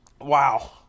wow